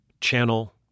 Channel